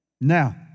now